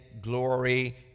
glory